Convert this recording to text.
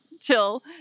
chill